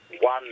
one